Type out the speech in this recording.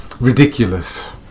ridiculous